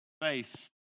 faith